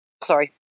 sorry